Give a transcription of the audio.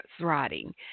writing